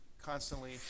constantly